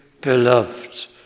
beloved